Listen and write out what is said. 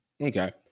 Okay